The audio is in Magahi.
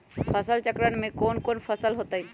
फसल चक्रण में कौन कौन फसल हो ताई?